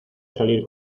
salir